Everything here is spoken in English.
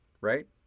right